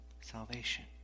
salvation